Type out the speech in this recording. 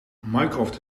mycroft